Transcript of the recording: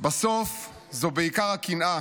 "בסוף זו בעיקר הקנאה.